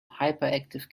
hyperactive